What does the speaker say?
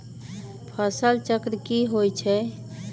फसल चक्र की होई छै?